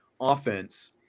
offense